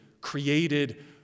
created